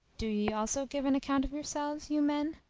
do ye also give an account of yourselves, you men!